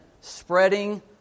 spreading